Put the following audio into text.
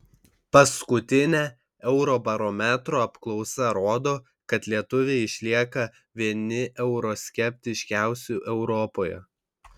paskutinė eurobarometro apklausa rodo kad lietuviai išlieka vieni euroskeptiškiausių europoje